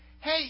hey